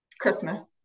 Christmas